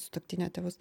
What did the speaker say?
sutuoktinio tėvus